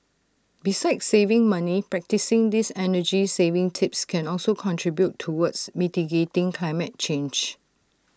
besides saving money practising these energy saving tips can also contribute towards mitigating climate change